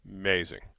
Amazing